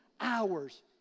hours